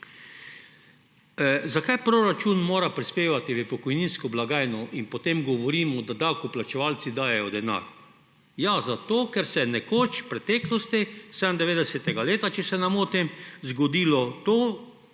Zakaj proračun mora prispevati v pokojninsko blagajno? In potem govorimo, da davkoplačevalci dajejo denar. Ker se je nekoč v preteklosti, leta 1997, če se ne motim, zgodilo to,